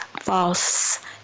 false